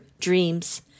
dreams